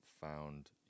found